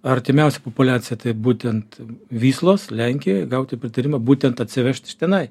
artimiausia populiacija tai būtent vyslos lenkijoj gauti pritarimą būtent atsivežt iš tenai